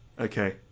Okay